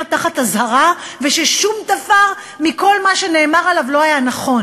תחת אזהרה וששום דבר מכל מה שנאמר עליו לא היה נכון,